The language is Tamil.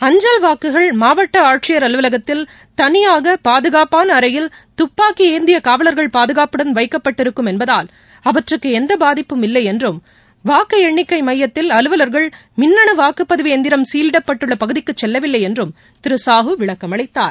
அஞ்சல் வாக்குகள் மாவட்ட ஆட்சியா் அலுவலகத்தில் தனியாக பாதுகாப்பான அறையில் துப்பாக்கி ஏந்திய காவல்கள் பாதுகாப்புடன் வைக்கப்பட்டிருக்கும் என்பதால் அவற்றுக்கு எந்த பாதிப்பும் இல்லை என்றும் வாக்கு எண்ணிக்கை மையத்தில் அலுவவாகள் மின்னணு வாக்குப்பதிவு எந்திரம் சீலிடப்பட்டுள்ள பகுதிக்கு செல்லவில்லை என்றும் திரு சாஹூ விளக்கம் அளித்தார்